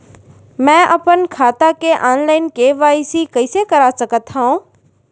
मैं अपन खाता के ऑनलाइन के.वाई.सी कइसे करा सकत हव?